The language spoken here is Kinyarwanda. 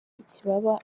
ikibaba